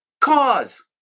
cause